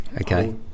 Okay